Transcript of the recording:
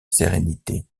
sérénité